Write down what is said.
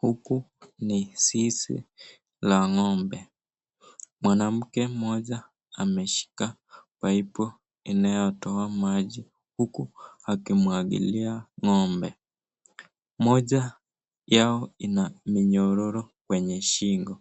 Huku ni zizi la ngombe, Mwanamke mmoja ameshika(cs)pipe(cs)inayotoa maji huku akimwagilia ngombe, Moja yao ina minyororo kwenye shingo